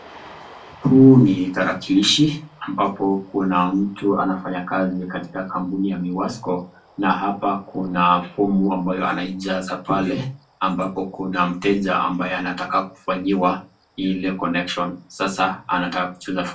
Huu ni tarakilishi ambapo kuna mtu anafanya kazi katika kampuni ya Miwasco, na hapa kuna fomu ambayo anaijaza pale ambapo kuna mteja ambayo anataka kufanyiwa ile connection ,sasa anataka kujaza fomu.